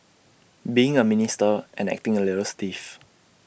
being A minister and acting A little stiff